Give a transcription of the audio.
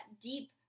deep